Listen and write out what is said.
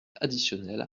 additionnel